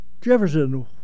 Jefferson